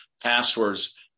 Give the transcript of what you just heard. passwords